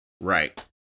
Right